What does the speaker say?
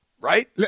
Right